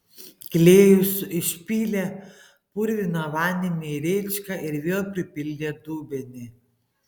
klėjus išpylė purviną vandenį į rėčką ir vėl pripildė dubenį